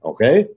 Okay